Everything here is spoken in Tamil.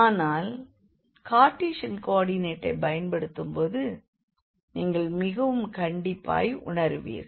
ஆனால் கார்டீசன்கோ ஆர்டினேட்டைப் பயன்படுத்தும் போது நீங்கள் மிகவும் கடினமாய் உணர்வீர்கள்